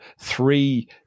three